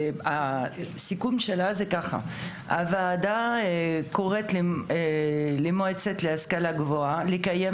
שהסיכום שלה כדלהלן: "הוועדה קוראת למועצה להשכלה גבוהה לקיים